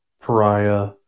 Pariah